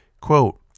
Quote